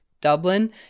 dublin